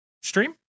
stream